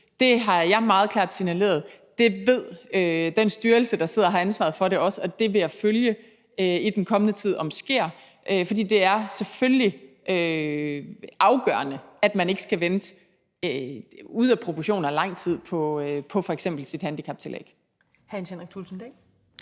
Det har jeg meget klart signaleret. Det ved den styrelse også, der sidder og har ansvaret for det, og det vil jeg følge i den kommende tid om sker. For det er selvfølgelig afgørende, at man ikke skal vente sådan ude af proportioner lang tid på f.eks. sit handicaptillæg. Kl. 17:11 Første